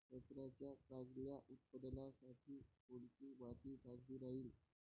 संत्र्याच्या चांगल्या उत्पन्नासाठी कोनची माती चांगली राहिनं?